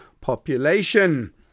population